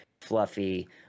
fluffy